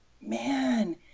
man